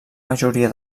majoria